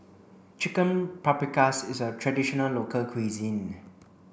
Chicken Paprikas is a traditional local cuisine